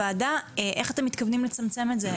אז חשוב לנו לשמוע כאן בוועדה איך אתם מתכוונים לצמצם את זה.